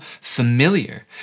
familiar